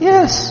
Yes